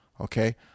Okay